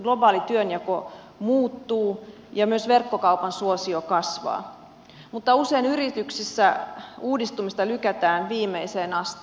globaali työnjako muuttuu ja myös verkkokaupan suosio kasvaa mutta usein yrityksissä uudistamista lykätään viimeiseen asti